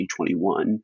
2021